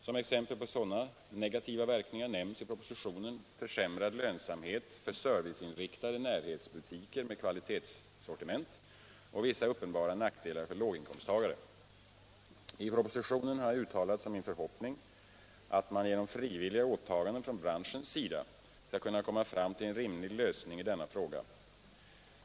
Som exempel på sådana negativa verkningar nämns i propositionen försämrad lönsamhet för serviceinriktade närhetsbutiker med kvalitetssortiment och vissa uppenbara nackdelar för låginkomsttagare. I propositionen har jag uttalat som min förhoppning att man genom frivilliga åtaganden från branschens sida skall kunna komma fram till en rimlig lösning i denna fråga.